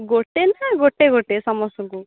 ଗୋଟେ ନା ଗୋଟେ ଗୋଟେ ସମସ୍ତଙ୍କୁ